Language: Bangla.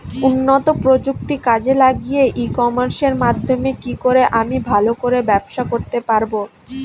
উন্নত প্রযুক্তি কাজে লাগিয়ে ই কমার্সের মাধ্যমে কি করে আমি ভালো করে ব্যবসা করতে পারব?